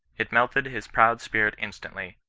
it melted his proud spirit instantly,